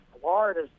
Florida